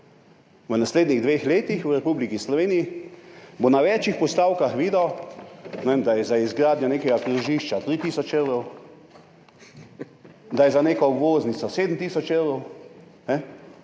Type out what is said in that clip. v naslednjih dveh letih v Republiki Sloveniji, bo na več postavkah videl, ne vem, da je za izgradnjo nekega krožišča 3 tisoč, da je za neko obvoznico 7 tisoč evrov,